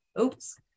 oops